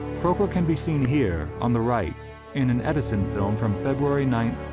croker can be seen here on the right in an edison film from february nine,